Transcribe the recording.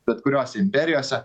bet kuriose imperijose